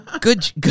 Good